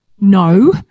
no